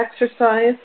exercise